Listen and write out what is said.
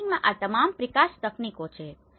હાઉસિંગમાં આ તમામ પ્રીકાસ્ટ તકનીકો છે